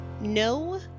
No